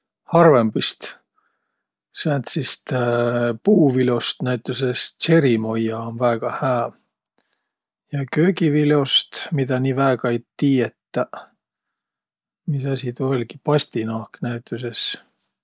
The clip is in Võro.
Harvõmbist sääntsit puuvil'ost näütüses tserimoia um väega hää. Ja köögivil'ost, midä nii väega ei tiietäq. Misasi tuu oll'giq? Pastinaak nütüses.